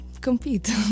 compete